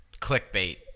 clickbait